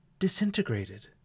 Disintegrated